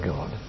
God